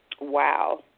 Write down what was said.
Wow